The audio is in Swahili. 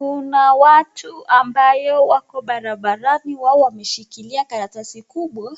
Kuna watu ambayo wako barabarani, watu wameshikilia karatasi kubwa